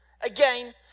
again